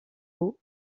aux